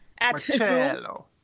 marcello